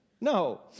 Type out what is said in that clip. No